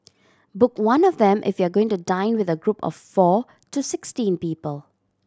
book one of them if you are going to dine with a group of four to sixteen people